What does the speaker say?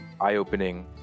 eye-opening